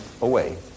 away